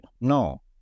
no